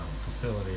facility